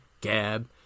Gab